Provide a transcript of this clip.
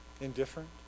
indifferent